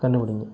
கண்டுபிடிங்க